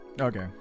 Okay